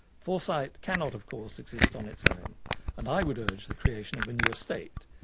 foresight cannot of course exist on its own and i would urge the creation of a new estate.